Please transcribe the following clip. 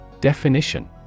Definition